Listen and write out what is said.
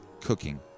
cooking